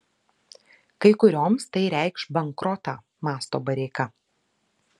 kai kurioms tai reikš bankrotą mąsto bareika